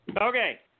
Okay